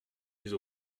mises